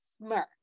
smirk